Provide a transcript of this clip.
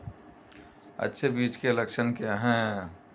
अच्छे बीज के लक्षण क्या हैं?